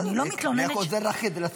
בסדר, אני רק עוזר לך להסביר את הטיעון.